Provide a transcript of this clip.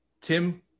Tim